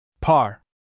Par